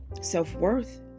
self-worth